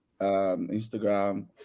Instagram